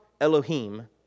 Elohim